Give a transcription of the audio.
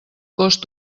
cost